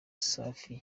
safi